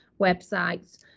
websites